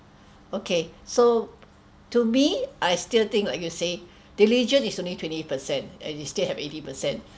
okay so to me I still think like you say diligence is only twenty percent and you still have eighty percent